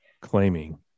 claiming